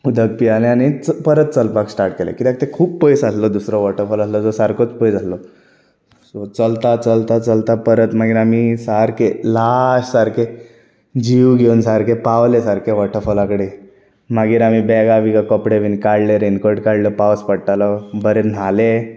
उदक पियाले आनी परत चलपाक स्टार्ट केलें कित्याक तें खूब पयस आसलो दुसरो वोटरफोल आसलो तो सारकोच पयस आसलो सो चलता चलता चलता परत मागीर आमी सारके लास सारके जीव घेवन सारके पावले सारके वोटरफोला कडेन मागीर आमी बॅगां बीगां कपडे बीन काडले रैनकोट काडलो पावस पडटालो बरें न्हाले